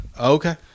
Okay